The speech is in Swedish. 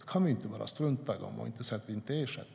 Vi kan inte bara strunta i dem och säga att vi inte ersätter